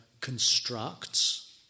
constructs